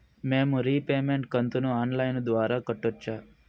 మేము రీపేమెంట్ కంతును online ద్వారా కట్టొచ్చా